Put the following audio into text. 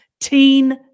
Teen